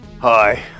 Hi